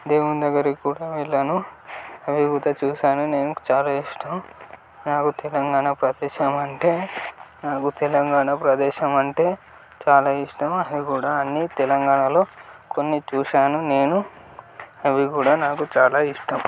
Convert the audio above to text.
దేవుని దగ్గరకు కూడా వెళ్ళాను చూసాను నేను చాలా ఇష్టం నాకు తెలంగాణ ప్రదేశం అంటే నాకు తెలంగాణ ప్రదేశం అంటే చాలా ఇష్టం అవి కూడా అన్నీ తెలంగాణలో కొన్ని చూసాను నేను అవి కూడా నాకు చాలా ఇష్టం